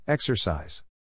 Exercise